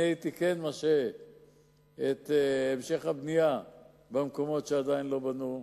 אני הייתי כן משהה את המשך הבנייה במקומות שעדיין לא בנו,